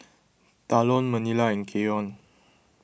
Talon Manilla and Keion